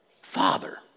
Father